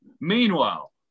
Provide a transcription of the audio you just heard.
Meanwhile